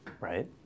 right